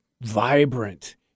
vibrant